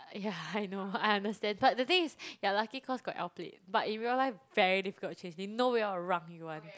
ya I know I understand but the thing is you're lucky cause got L plate but in real life very difficult to change he know we are around [one]